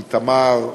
איתמר,